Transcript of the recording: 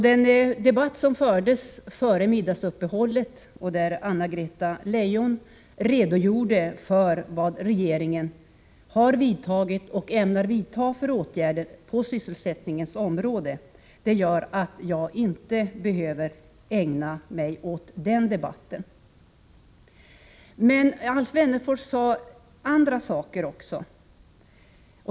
Den debatt som fördes före middagsuppehållet, där Anna-Greta Leijon redogjorde för vilka åtgärder regeringen har vidtagit och ämnar vidta på sysselsättningens område gör att jag inte behöver ägna mig åt den debatten. Men Alf Wennerfors sade andra saker också.